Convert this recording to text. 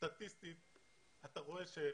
סטטיסטית אתה רואה של-ט'